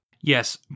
Yes